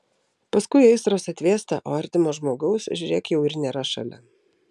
paskui aistros atvėsta o artimo žmogaus žiūrėk jau ir nėra šalia